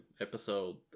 episode